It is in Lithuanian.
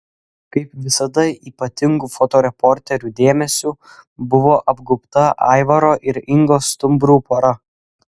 kaip visada ypatingu fotoreporterių dėmesiu buvo apgaubta aivaro ir ingos stumbrų pora